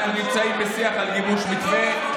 אנחנו נמצאים בשיח על גיבוש מתווה.